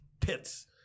pits